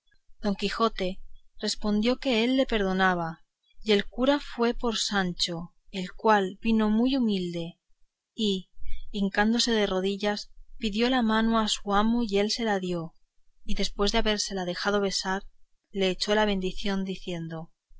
don quijote respondió que él le perdonaba y el cura fue por sancho el cual vino muy humilde y hincándose de rodillas pidió la mano a su amo y él se la dio y después de habérsela dejado besar le echó la bendición diciendo